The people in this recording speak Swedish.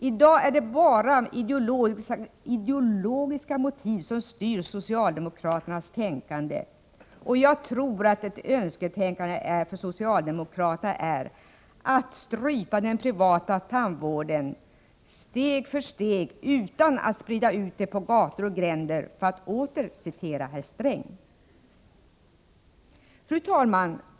I dag är det bara ideologiska motiv som styr socialdemokraternas tänkande, och jag tror att ett önsketänkande för socialdemokraterna är att strypa den privata tandvården steg för steg ”utan att sprida ut det på gator och gränder”, för att åter citera — den här gången herr Sträng. Fru talman!